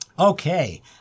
Okay